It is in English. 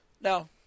now